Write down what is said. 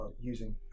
using